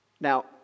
Now